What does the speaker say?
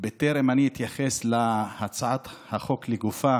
בטרם אני אתייחס להצעת החוק לגופה